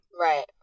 right